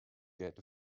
get